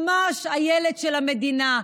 ממש הילד של המדינה.